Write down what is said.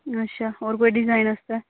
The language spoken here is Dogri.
अच्छा होर कोई डिजाइन आस्तै